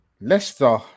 Leicester